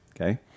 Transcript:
okay